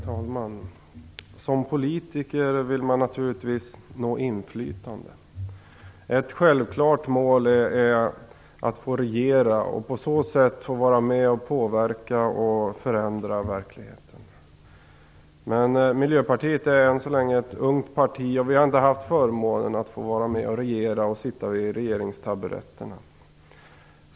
Herr talman! Som politiker vill man naturligtvis nå inflytande. Ett självklart mål är att få regera och på så sätt få vara med och påverka och förändra verkligheten. Men Miljöpartiet är än så länge ett ungt parti. Vi har inte haft förmånen att få vara med och regera och sitta på regeringstaburetterna.